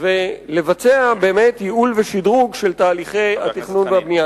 ולבצע באמת ייעול ושדרוג של תהליכי התכנון והבנייה,